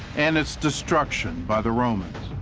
and its destruction by the romans.